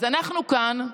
אז אנחנו כאן,